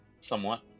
Somewhat